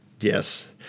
Yes